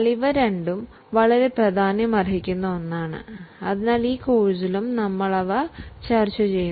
ഇവ രണ്ടും വളരെ പ്രാധാന്യമർഹിക്കുന്ന ഒന്നാണ് അതിനാൽ ഈ കോഴ്സിലും നമ്മൾ അവ ചർച്ചചെയ്യാൻ പോകുന്നു